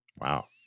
Wow